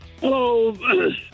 Hello